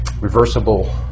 Reversible